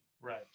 Right